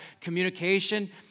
communication